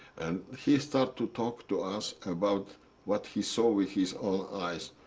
and he start to talk to us about what he saw with his own eyes.